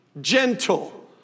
gentle